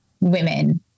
women